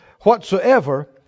whatsoever